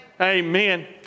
Amen